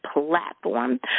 platform